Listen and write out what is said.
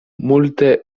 multe